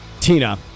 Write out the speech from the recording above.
Tina